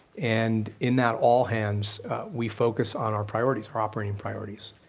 and in that all-hands, we focus on our priorities, our operating priorities.